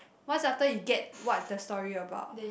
once after you get what the story about